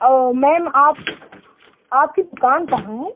और मैम आप आपकी दुकान कहाँ है